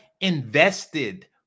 invested